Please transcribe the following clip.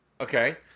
Okay